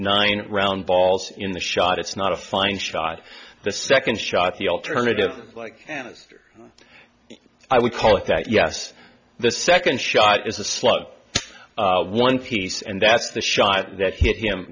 nine round balls in the shot it's not a final shot the second shot the alternative like i would call it that yes the second shot is a slug one piece and that's the shot that hit him